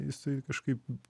jisai kažkaip